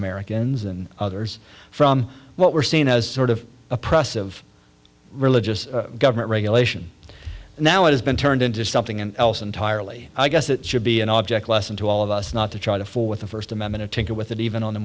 americans and others from what were seen as sort of oppressive religious government regulation and now it has been turned into something else entirely i guess it should be an object lesson to all of us not to try to fool with the first amendment or tinker with it even on the